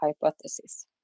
hypothesis